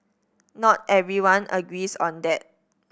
not everyone agrees on that